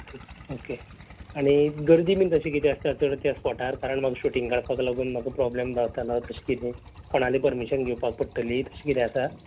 okay okay आनी गर्दी बीन तशें कितें आसता चड अशें आसता स्पोटार कारण म्हाका शुटींग काडपाक लागून म्हाका प्रोब्लेम जाता ना अशें कितें कोणालें पर्मिशन घेवपाक पडटलीं अशें कितें आसा